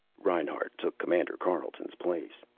reinhart took commander carleton's place.